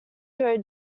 throw